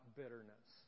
bitterness